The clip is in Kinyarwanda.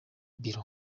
biro